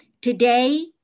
Today